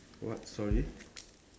what sorry